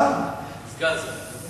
אדוני השר, אני מציע, סגן שר.